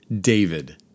David